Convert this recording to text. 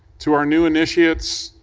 to our new initiates,